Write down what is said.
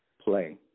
play